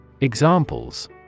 Examples